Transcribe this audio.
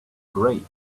great